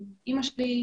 עם אימא שלי,